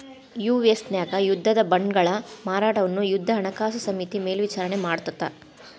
US ನ್ಯಾಗ ಯುದ್ಧದ ಬಾಂಡ್ಗಳ ಮಾರಾಟವನ್ನ ಯುದ್ಧ ಹಣಕಾಸು ಸಮಿತಿ ಮೇಲ್ವಿಚಾರಣಿ ಮಾಡತ್ತ